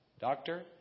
Doctor